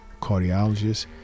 Cardiologist